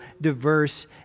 diverse